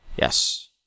Yes